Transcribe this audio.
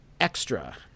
extra